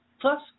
plus